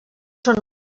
són